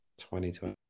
2020